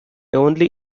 only